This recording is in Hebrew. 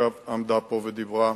שעמדה פה ודיברה,